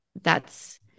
thats